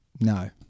No